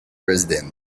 residents